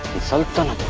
the sultan